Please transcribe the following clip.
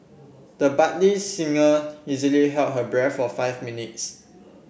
the budding singer easily held her breath for five minutes